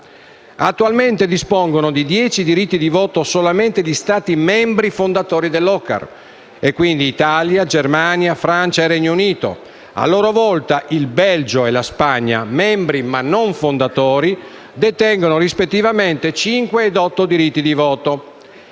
Attualmente dispongono di dieci diritti di voto solamente gli Stati membri fondatori dell'OCCAR, ossia Italia, Germania, Francia e Regno Unito; a loro volta, il Belgio e la Spagna, membri ma non fondatori, detengono rispettivamente cinque e otto diritti di voto.